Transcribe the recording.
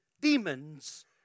demons